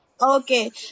Okay